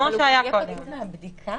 אבל הוא יהיה פטור מהבדיקה?